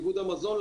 איגוד המזון,